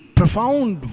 profound